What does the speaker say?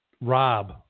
Rob